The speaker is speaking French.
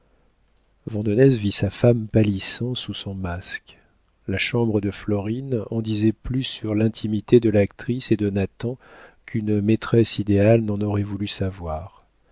vandenesse vit sa femme pâlissant sous son masque la chambre de florine en disait plus sur l'intimité de l'actrice et de nathan qu'une maîtresse idéale n'en aurait voulu savoir